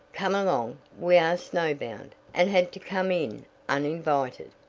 come along. we are snowbound, and had to come in uninvited.